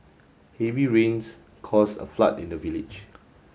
heavy rains caused a flood in the village